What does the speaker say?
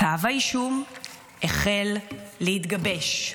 כתב האישום התחיל להתגבש.